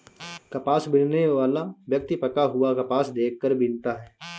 कपास बीनने वाला व्यक्ति पका हुआ कपास देख कर बीनता है